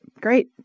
Great